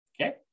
Okay